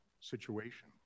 situation